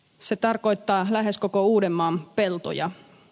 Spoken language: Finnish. se tarkoittaa lähes koko uudenmaan peltoja